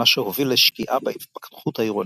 מה שהוביל לשקיעה בהתפתחות העירונית.